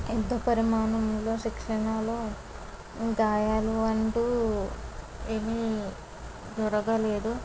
పెద్ద పరిమాణంలో శిక్షణలో గాయాలు అంటూ ఏమి జరగలేదు